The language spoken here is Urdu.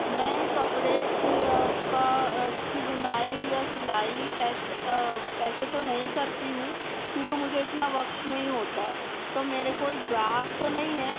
میں کپڑے کی کا کی بنائی یا سلائی ایس ایسے تو نہیں کرتی ہوں کیونکہ مجھے اتنا وقت نہیں ہوتا ہے تو میرے کوئی گراہک تو نہی ہیں